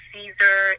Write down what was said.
Caesar